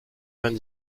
vingt